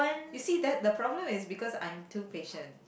you see that the problem is because I'm too patient